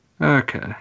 okay